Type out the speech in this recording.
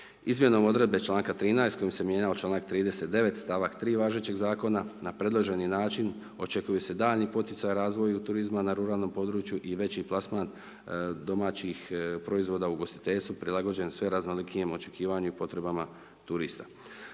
Izmjenom odredbe članka 13., kojim se mijenjao članak 39., stavak 3., važećeg Zakona, na predloženi način očekuju se daljnji poticaji razvoju turizma na ruralnom području i veći plasman domaćih proizvoda u ugostiteljstvu prilagođen sve raznolikijem očekivanju i potrebama turista.